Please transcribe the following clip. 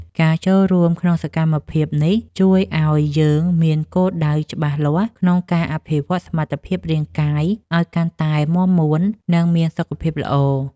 ការចូលរួមក្នុងសកម្មភាពនេះ ជួយឱ្យយើងមានគោលដៅច្បាស់លាស់ក្នុងការអភិវឌ្ឍសមត្ថភាពរាងកាយឱ្យកាន់តែមាំមួន និងមានសុខភាពល្អ។